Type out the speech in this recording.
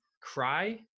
cry